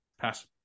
Pass